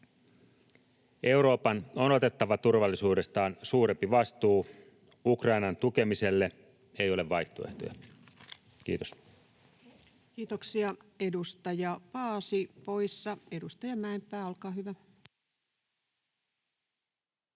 Euroopan on otettava turvallisuudestaan suurempi vastuu. Ukrainan tukemiselle ei ole vaihtoehtoja. — Kiitos. Kiitoksia. — Edustaja Paasi poissa. — Edustaja Mäenpää, olkaa hyvä.